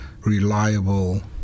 reliable